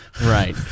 Right